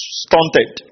stunted